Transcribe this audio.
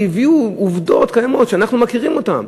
והם הביאו עובדות קיימות שאנחנו מכירים אותן.